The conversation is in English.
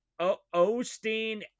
Osteen